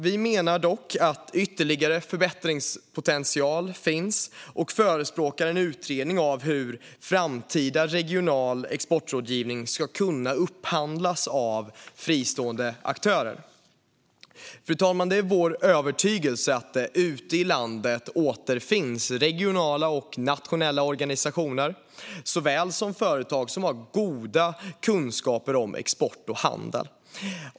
Vi menar dock att ytterligare förbättringspotential finns och förespråkar en utredning av hur framtida regional exportrådgivning ska kunna upphandlas av fristående aktörer. Fru talman! Det är vår övertygelse att det ute i landet återfinns regionala och nationella organisationer såväl som företag som har goda kunskaper om export och handel.